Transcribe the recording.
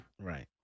Right